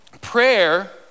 Prayer